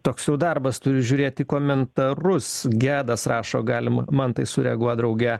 toks jau darbas turi žiūrėti komentarus gedas rašo galima man tai sureaguot drauge